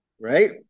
Right